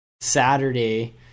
Saturday